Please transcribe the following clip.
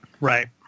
Right